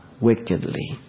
wickedly